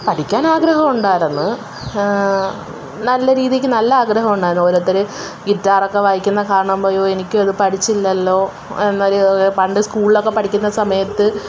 പഠിക്കാൻ ആഗ്രഹമുണ്ടായിരുന്നു നല്ലരീതിക്ക് നല്ല ആഗ്രഹമുണ്ടായിരുന്നു ഓരോരുത്തർ ഗിറ്റാറൊക്കെ വായിക്കുന്നത് കാണുമ്പോൾ അയ്യോ എനിക്കത് പഠിച്ചില്ലല്ലോ എന്നൊരു പണ്ട് സ്കൂളിലൊക്കെ പഠിക്കുന്ന സമയത്ത്